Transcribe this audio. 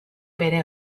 bere